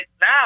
now